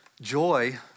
Joy